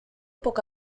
poc